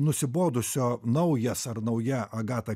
nusibodusio naujas ar nauja agata